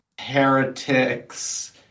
Heretics